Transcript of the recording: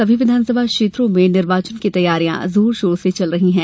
सभी विधानसभा क्षेत्रों में निर्वाचन की तैयारियां जोर शोर से चल रही हैं